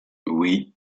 oui